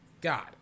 God